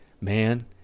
Man